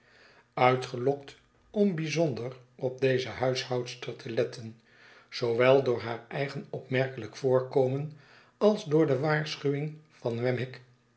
uitgelokt om bijzonder op deze huishoudster te letten zoowel door haar eigen opmerkelijk voorkomen als door de waarschuwing van wemmick